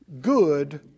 good